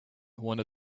one